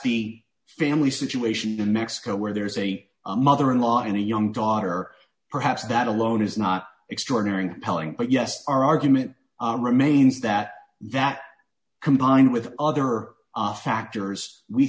the family situation in mexico where there's a mother in law and a young daughter perhaps that alone is not extraordinary and compelling but yes our argument remains that that combined with other factors we